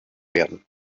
werden